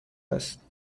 است